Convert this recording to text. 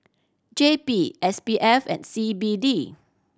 J P S P F and C B D